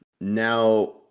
now